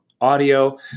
audio